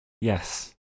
Yes